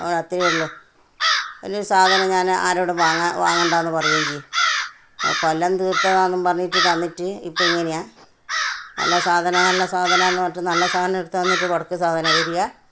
അത്രേ ഉള്ളൂ അല്ലേൽ സാധനം ഞാനാരോടും വാങ്ങ വാങ്ങണ്ട എന്ന് പറയുകയും ചെയ്യും കൊല്ലൻ തീർത്തതാണെന്ന് പറഞ്ഞിട്ട് തന്നിട്ട് ഇപ്പം ഇങ്ങനെയാണ് നല്ല സാധനം നല്ല സാധനമെന്ന് പറഞ്ഞിട്ട് നല്ല സാധനമെടുത്ത് തന്നിട്ട് വെടക്ക് സാധനമാണ് തരിക